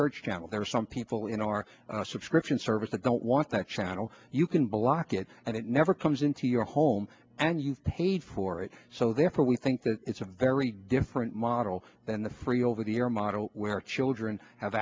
church there are some people in our subscription service that don't want that channel you can block it and it never comes into your home and you paid for it so therefore we think that it's a very different model than the free over the air model where children have